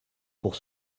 pour